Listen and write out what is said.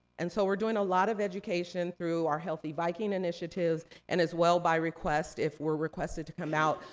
and so we're doing a lot of education through our healthy viking initiatives, and as well by request if we're requested to come out,